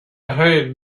hurried